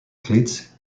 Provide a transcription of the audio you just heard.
cleats